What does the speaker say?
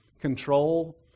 control